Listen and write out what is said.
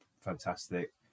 fantastic